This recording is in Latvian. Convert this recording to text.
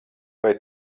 vai